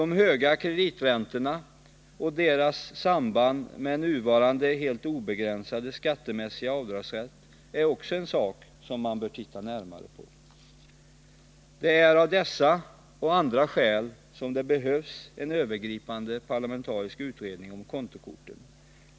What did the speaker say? De höga krediträntorna och deras samband med nuvarande helt obegränsade avdragsrätt är också en sak som man bör titta närmare på. Det är av dessa och andra skäl som det behövs en övergripande parlamentarisk utredning om kontokorten.